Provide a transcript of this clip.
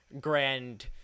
grand